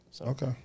Okay